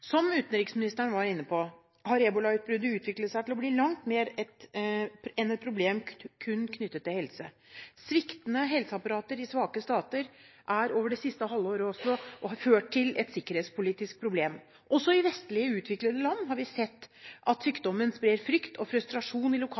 Som utenriksministeren var inne på, har ebolautbruddet utviklet seg til å bli langt mer enn et problem kun knyttet til helse. Sviktende helseapparater i svake stater har over det siste halvåret også ført til et sikkerhetspolitisk problem. Også i vestlige, utviklede land har vi sett at sykdommen sprer frykt og frustrasjon i